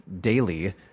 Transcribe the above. daily